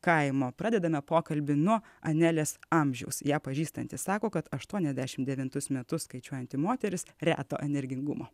kaimo pradedame pokalbį nuo anelės amžiaus ją pažįstantys sako kad aštuoniasdešim devintus metus skaičiuojanti moteris reto energingumo